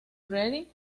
ready